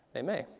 they may.